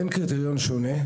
אין קריטריון שונה.